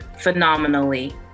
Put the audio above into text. phenomenally